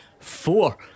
four